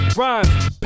rhymes